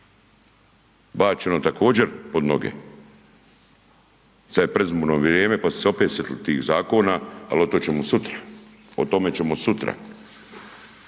bačeno također pod noge, sad je predizborno vrijeme, pa su se opet sitili tih zakona, al o to ćemo sutra,